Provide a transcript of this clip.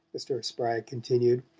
mr. spragg continued,